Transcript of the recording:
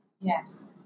Yes